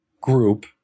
group